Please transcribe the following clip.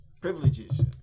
privileges